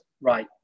right